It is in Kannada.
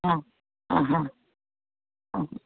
ಹಾಂ ಹಾಂ ಹಾಂ ಹಾಂ